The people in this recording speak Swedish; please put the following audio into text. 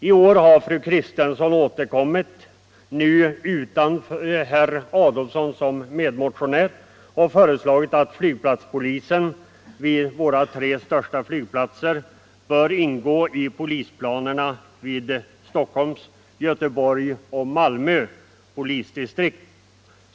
I år har fru Kristensson återkommit, nu utan herr Adolfsson som medmotionär, och föreslagit att flygplatspolisen vid våra tre största flygplatser bör ingå i personalplanerna vid Stockholms, Göteborgs och Malmö polisdistrikt.